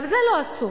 גם זה לא עשו.